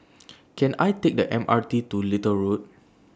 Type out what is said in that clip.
Can I Take The M R T to Little Road